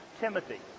Timothy